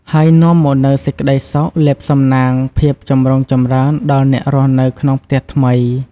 ហើយនាំមកនូវសេចក្តីសុខ លាភសំណាង ភាពចម្រុងចម្រើនដល់អ្នករស់នៅក្នុងផ្ទះថ្មី។